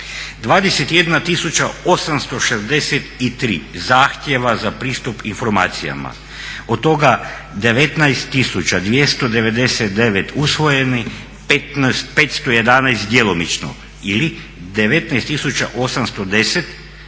21863 zahtjeva za pristup informacijama, od toga 19299 usvojenih, 501 djelomično ili 19810